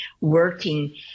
working